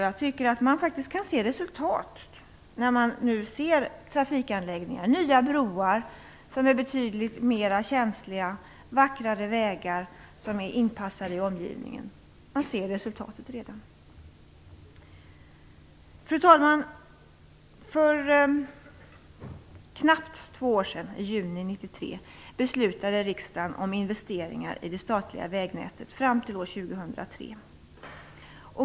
Jag tycker att man faktiskt kan se resultat på olika trafikanläggningar. Det har byggts betydligt vackrare broar och vägar som är anpassade efter omgivningen. Man kan redan se resultatet. Fru talman! För knappt två år sedan, i juni 1993, beslutade riksdagen om investeringar i det statliga vägnätet fram till år 2003.